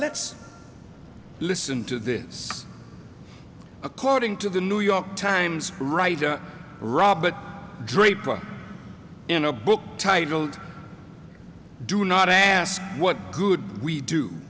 let's listen to this according to the new york times writer robert draper in a book titled do not ask what good we do